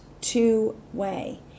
two-way